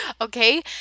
Okay